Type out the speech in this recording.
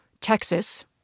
Texas